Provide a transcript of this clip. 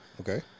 okay